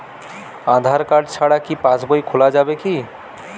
আধার card ছাড়া কি পাসবই খোলা যাবে কি?